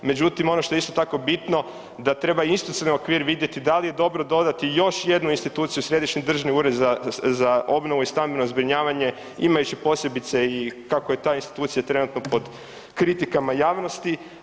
Međutim ono što je isto tako bitno da treba institucionalni okvir vidjeti da li je dobro dodati još jednu instituciju u Središnji državni ured za obnovu i stambeno zbrinjavanje imajući posebice i kako je ta institucija trenutno pod kritikama javnosti.